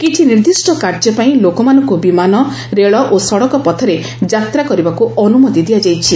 କିଛି ନିର୍ଦ୍ଧିଷ୍ଟ କାର୍ଯ୍ୟ ପାଇଁ ଲୋକମାନଙ୍କୁ ବିମାନ ରେଳ ଓ ସଡ଼କ ପଥରେ ଯାତ୍ରା କରିବାକୁ ଅନୁମତି ଦିଆଯାଇଛି